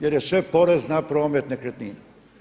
Jer je sve porez na promet nekretnina.